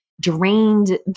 drained